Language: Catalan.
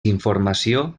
informació